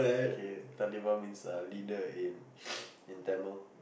okay Talibah means leader in in tamil